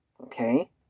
Okay